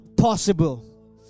possible